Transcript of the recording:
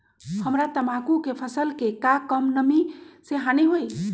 हमरा तंबाकू के फसल के का कम नमी से हानि होई?